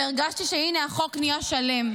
והרגשתי שהינה, החוק נהיה שלם.